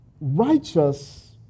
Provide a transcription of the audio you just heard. righteous